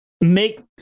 make